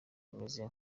meze